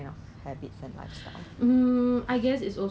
那个需要 hook 你那个耳朵那个叫什么